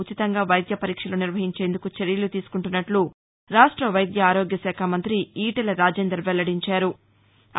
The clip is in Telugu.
ఉచితంగా వైద్య పరీక్షలు నిర్వహించేందుకు చర్యలు తీసుకుంటున్నట్లు రాష్ట వైద్య ఆరోగ్యశాఖ మంతి ఈటల రాజేందర్ వెల్లడించారు